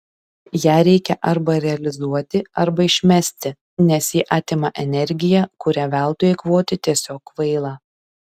ją reikia arba realizuoti arba išmesti nes ji atima energiją kurią veltui eikvoti tiesiog kvaila